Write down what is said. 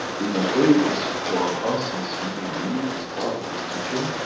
in a way, it's for us as human being, as part of these teaching,